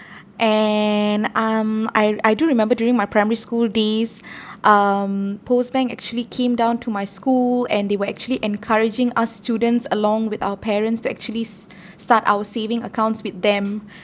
and um I r~ I do remember during my primary school days um POSB bank actually came down to my school and they will actually encouraging us students along with our parents to actually s~ start our saving accounts with them